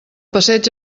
passeig